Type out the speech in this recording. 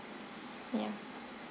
yeah